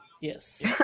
Yes